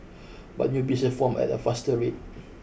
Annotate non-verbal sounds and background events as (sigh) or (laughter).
(noise) but new blisters formed at a faster rate